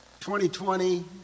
2020